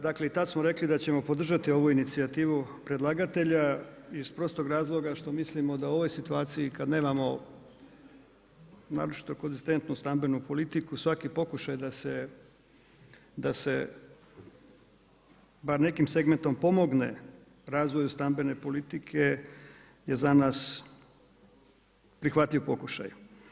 Dakle, i tad smo rekli da ćemo podržati ovu inicijativu predlagatelja iz prostog razloga što mislimo da u ovoj situaciji, kada nemamo, naročito konzistentnu stambenu politiku, svaki pokušaj da se bar nekim segmentom pomogne razvoju stambene politike je za nas prihvatljiv pokušaj.